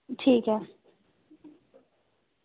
ठीक ऐ